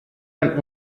ein